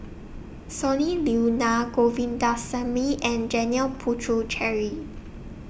Sonny Liew Naa Govindasamy and Janil Puthucheary